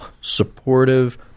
supportive